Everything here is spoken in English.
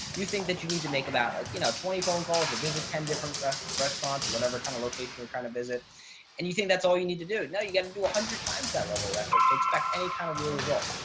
you think that you need to make about like, you know, twenty phone calls or visit ten different restaurants or whatever kind of location. you're kind of visits and you think that's all you need to do now you got to do a hundred times. that level of effort takes back any kind of real results.